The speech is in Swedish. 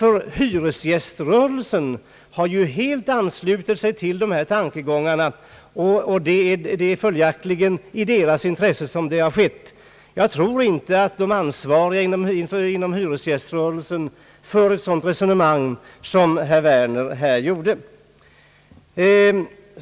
Hyresgäströrelsen har dock helt anslutit sig till dessa tankegångar, och det är följaktligen i deras intresse som dessa förslag ställs. Jag tror inte att de ansvariga inom hyresgäströrelsen för ett sådant resonemang som herr Werner här förde.